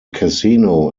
casino